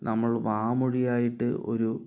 നമ്മൾ വാമൊഴിയായിട്ട് ഒരു